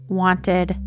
wanted